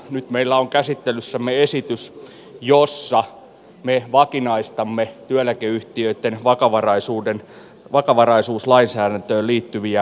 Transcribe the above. nyt meillä on käsittelyssämme esitys jossa me vakinaistamme työeläkeyhtiöitten vakavaraisuuslainsäädäntöön liittyviä asioita